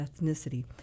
ethnicity